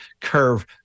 curve